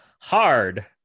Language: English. hard